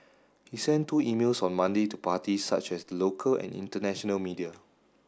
he sent two emails on Monday to parties such as the local and international media